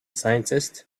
scientists